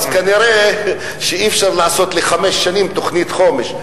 אז כנראה אי-אפשר לעשות תוכנית חומש,